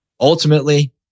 Ultimately